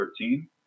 13